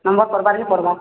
number କର୍ବାକେ ପଡ଼ବା